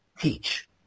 teach